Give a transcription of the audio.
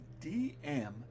DM